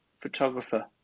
photographer